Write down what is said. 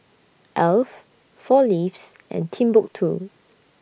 Alf four Leaves and Timbuk two